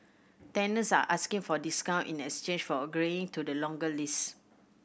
tenants are asking for discount in exchange for agreeing to the longer lease